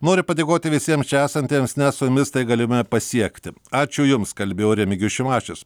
noriu padėkoti visiems čia esantiems nes su jumis tai galime pasiekti ačiū jums kalbėjo remigijus šimašius